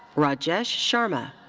rajesh sharma.